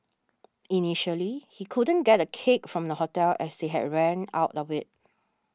initially he couldn't get a cake from the hotel as they had ran out of it